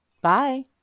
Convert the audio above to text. bye